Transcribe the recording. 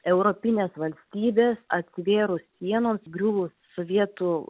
europinės valstybės atsivėrus sienoms griuvus sovietų